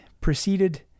proceeded